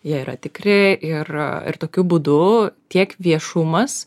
jie yra tikri ir ir tokiu būdu tiek viešumas